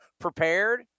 prepared